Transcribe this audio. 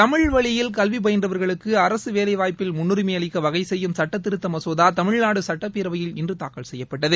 தமிழ்வழியில் கல்வி பயின்றவர்களுக்கு அரசு வேலைவாய்ப்பில் முன்னுரிமை அளிக்க வகை செய்யும் சட்டத்திருத்த மசோதா தமிழ்நாடு சட்டப்பேரவையில் இன்று தாக்கல் செய்யப்பட்டது